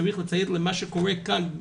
צריכים לציית למה שקורה כאן,